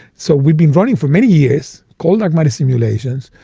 so we've been running for many years cold dark matter simulations,